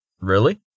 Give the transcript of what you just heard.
Really